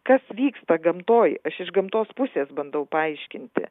kas vyksta gamtoj aš iš gamtos pusės bandau paaiškinti